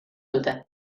dute